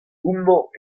homañ